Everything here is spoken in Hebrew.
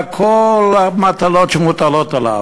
הוא גם עשה כל המטלות שמוטלות עליו,